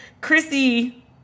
Chrissy